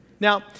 Now